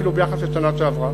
אפילו ביחס לשנה שעברה.